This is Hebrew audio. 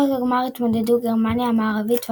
במשחק הגמר התמודדו גרמניה המערבית וארגנטינה.